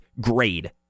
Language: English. grade